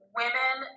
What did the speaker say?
women